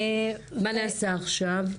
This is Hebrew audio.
מה נעשה עכשיו?